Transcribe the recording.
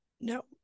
no